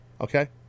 Okay